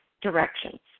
directions